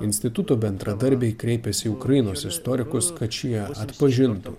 instituto bendradarbiai kreipėsi į ukrainos istorikus kad šie atpažintų